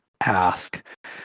ask